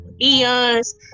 Eons